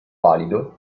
valido